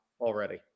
already